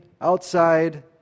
outside